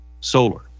solar